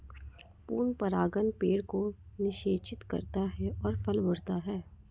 पूर्ण परागण पेड़ को निषेचित करता है और फल बढ़ता है